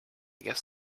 guess